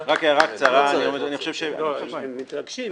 האם משמעות